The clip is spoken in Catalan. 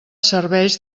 serveix